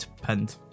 pinned